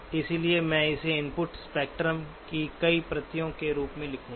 इसलिए मैं इसे इनपुट स्पेक्ट्रम की कई प्रतियों के रूप में लिखूंगा